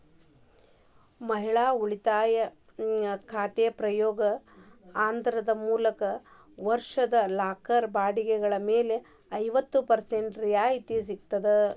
ಮಹಿಳಾ ಉಳಿತಾಯ ಖಾತೆ ಉಪಯೋಗ ಅಂದ್ರ ಮೊದಲ ವರ್ಷದ ಲಾಕರ್ ಬಾಡಿಗೆಗಳ ಮೇಲೆ ಐವತ್ತ ಪರ್ಸೆಂಟ್ ರಿಯಾಯಿತಿ ಸಿಗ್ತದ